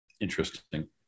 Interesting